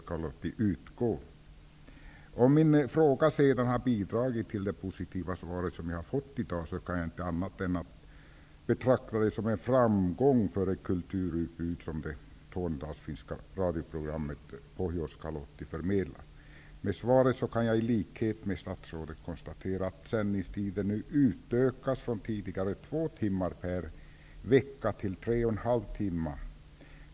Om det är min fråga som har bidragit till det positiva beskedet i dag kan jag inte göra annat än betrakta det som en framgång för det kulturutbud som det tornedalsfinska radioprogrammet När det gäller svaret kan jag i likhet med statsrådet konstatera att sändningstiden nu utökas från tidigare två timmar per vecka till tre och en halv timme.